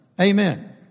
Amen